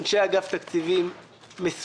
אנשי אגף התקציבים הם מסורים,